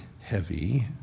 heavy